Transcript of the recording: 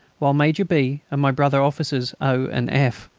while major b. and my brother officers o. and f,